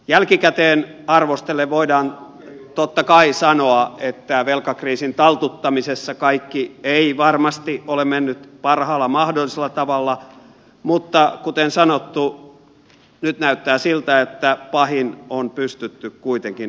jälkikäteen arvostellen voidaan totta kai sanoa että velkakriisin taltuttamisessa kaikki ei varmasti ole mennyt parhaalla mahdollisella tavalla mutta kuten sanottu nyt näyttää siltä että pahin on pystytty kuitenkin välttämään